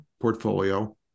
portfolio